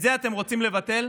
את זה אתם רוצים לבטל?